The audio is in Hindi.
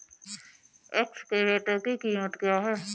एक्सकेवेटर की कीमत क्या है?